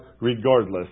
regardless